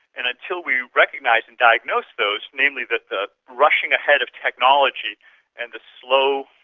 and until we recognise and diagnose those, namely that the rushing ahead of technology and the slow,